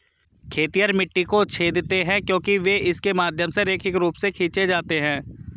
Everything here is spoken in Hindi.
खेतिहर मिट्टी को छेदते हैं क्योंकि वे इसके माध्यम से रैखिक रूप से खींचे जाते हैं